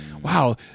Wow